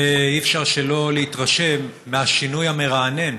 אי-אפשר שלא להתרשם מהשינוי המרענן